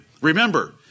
Remember